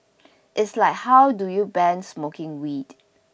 it's like how do you ban smoking weed